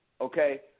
Okay